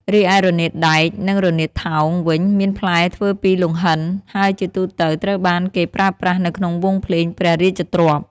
រីឯ រនាតដែក និង រនាតថោង វិញ មានផ្លែធ្វើពីលង្ហិន ហើយជាទូទៅត្រូវបានគេប្រើប្រាស់នៅក្នុងវង់ភ្លេងព្រះរាជទ្រព្យ។